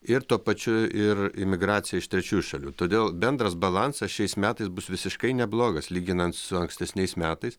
ir tuo pačiu ir imigracija iš trečiųjų šalių todėl bendras balansas šiais metais bus visiškai neblogas lyginant su ankstesniais metais